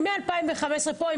אני מ-2015 פה,